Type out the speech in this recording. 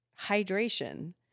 hydration